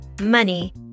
money